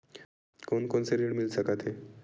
कोन कोन से ऋण मिल सकत हे?